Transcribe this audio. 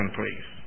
please